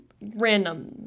Random